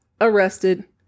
arrested